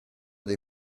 dei